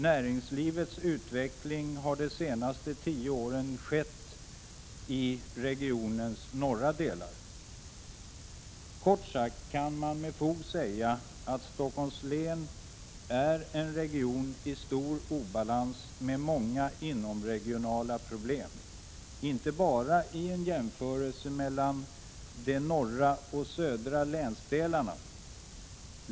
Näringslivets utveckling har de senaste tio åren skett i regionens norra delar. Det kan med fog sägas att Stockholms län är en region i stor obalans och med många inomregionala problem. Det gäller inte bara vid en jämförelse mellan de norra och södra länsdelarna.